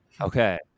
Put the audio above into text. Okay